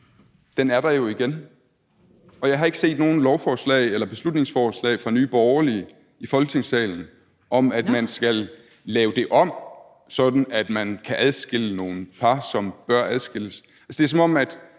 tid, er der jo igen, og jeg har ikke set nogen lovforslag eller beslutningsforslag fra Nye Borgerlige i Folketingssalen om, at man skal lave det om, så man kan adskille nogle par, som bør adskilles.